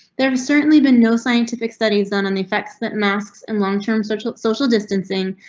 there have certainly been no scientific studies done on the effects that masks in long-term social social distancing.